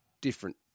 different